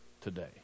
today